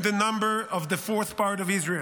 and the number of the fourth part of Israel?